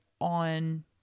on